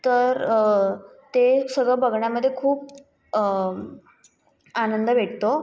तर ते ते सगळं बघण्यामध्ये खूप आनंद भेटतो